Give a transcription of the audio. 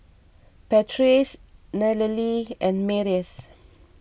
Patrice Nallely and Marius